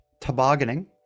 tobogganing